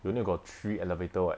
you only got three elevator [what]